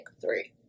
three